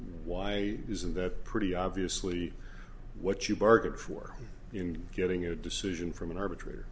why isn't that pretty obviously what you bargained for in getting a decision from an arbitra